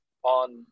on